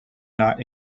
not